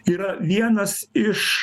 yra vienas iš